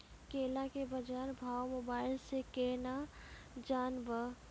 केला के बाजार भाव मोबाइल से के ना जान ब?